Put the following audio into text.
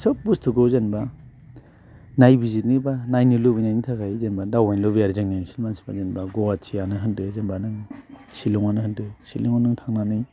सब बुस्थुखौ जेनेबा नायबिजिरनो एबा नायनो लुबैनायनि थाखाय जों जेनेबा दावबायनो लुबैयो आरो जोंनि ओनसोलनि मानसिफोरा जेनेबा गुवाहाटिआनो होनदो जेनेबा नों शिलंआनो होनदो शिलंआव नों थांनानै